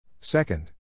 Second